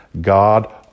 God